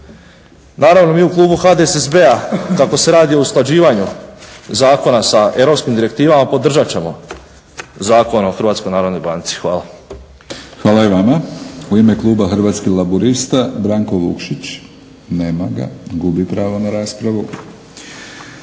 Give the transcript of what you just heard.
Naravno mi u klubu HDSSB-a kako se radi o usklađivanju zakona sa europskim direktivama podržat ćemo Zakon o HNB-u. Hvala. **Batinić, Milorad (HNS)** Hvala i vama. U ime kluba Hrvatskih laburista Branko Vukšić. Nema ga, gubi pravo na raspravu.